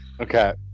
Okay